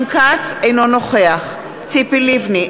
אינו נוכח ציפי לבני,